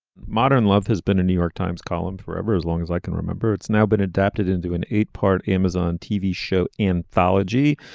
modern love has been a new york times column forever as long as i can remember it's now been adapted into an eight part amazon tv show anthology.